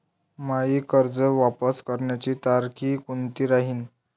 मायी कर्ज वापस करण्याची तारखी कोनती राहीन?